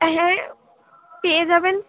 হ্যাঁ পেয়ে যাবেন